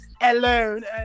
Alone